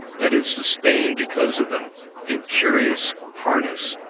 that is sustained because of them in curious harness,